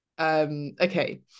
okay